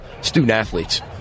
student-athletes